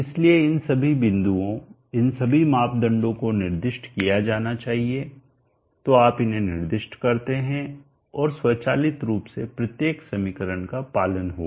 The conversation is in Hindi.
इसलिए इन सभी बिंदुओं इन सभी मापदंडों को निर्दिष्ट किया जाना चाहिए तो आप उन्हें निर्दिष्ट करते हैं और स्वचालित रूप से प्रत्येक समीकरण का पालन होगा